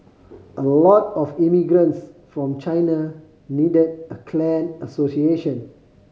a lot of immigrants from China needed a clan association